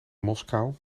moskou